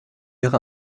ihre